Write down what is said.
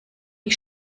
die